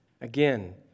Again